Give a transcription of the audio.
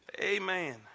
Amen